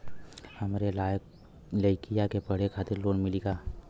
हमरे लयिका के पढ़े खातिर लोन मिलि का?